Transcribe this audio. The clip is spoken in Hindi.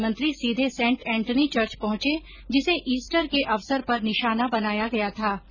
प्रधानमंत्री सीधे सेंट एंटनी चर्च पहुंचे जिसे ईस्टर के अवसर पर निशाना बनाया गया था